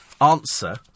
answer